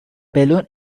balloon